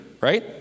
right